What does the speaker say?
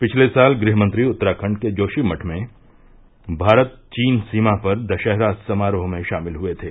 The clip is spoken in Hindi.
पिछले साल गृहमंत्री उत्तराखंड के जोशीमठ में भारत चीन सीमा पर दशहरा समारोह में शामिल हुए थे